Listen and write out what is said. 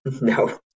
No